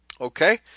Okay